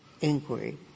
inquiry